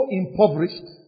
impoverished